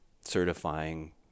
certifying